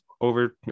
over